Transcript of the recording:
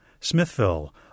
Smithville